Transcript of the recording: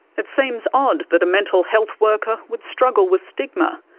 it seems odd that a mental health worker would struggle with stigma.